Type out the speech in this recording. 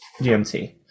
GMT